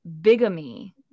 bigamy